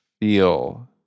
feel